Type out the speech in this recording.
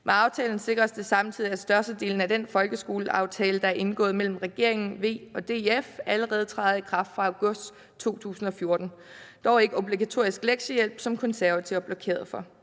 Med aftalen sikres det samtidig, at størstedelen af den folkeskoleaftale, der er indgået mellem regeringen, V og DF, allerede træder i kraft fra august 2014, dog ikke obligatorisk lektiehjælp, som De Konservative har blokeret for.